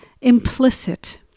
implicit